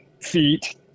feet